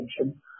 attention